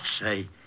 say